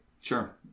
Sure